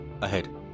ahead